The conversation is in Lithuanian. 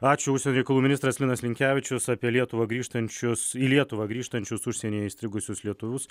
ačiū užsienio reikalų ministras linas linkevičius apie lietuvą grįžtančius į lietuvą grįžtančius užsienyje įstrigusius lietuvius